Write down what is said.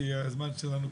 הדיון.